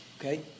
Okay